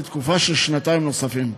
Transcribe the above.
לתקופה של שנתיים נוספות.